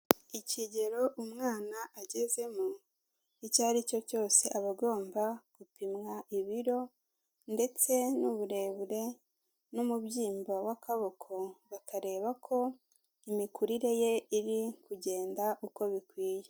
Ikigero umwana agezemo icyo aricyo cyose aba agomba gupimwa ibiro ndetse n'uburebure n'umubyimba w'akaboko, bakareba ko imikurire ye iri kugenda uko bikwiye.